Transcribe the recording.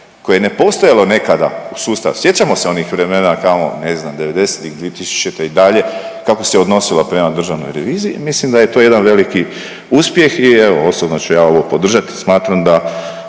koje je ne postojalo nekada u sustav, sjećamo se onih vremena tamo ne znam '90.-tih, 2000. i dalje kako se odnosilo prema državnoj reviziji. I mislim da je to jedan veliki uspjeh i evo osobno ću ja ovo podržati. Smatram da